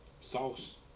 sauce